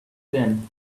thin